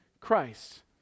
Christ